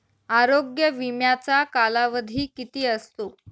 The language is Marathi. आरोग्य विम्याचा कालावधी किती असतो?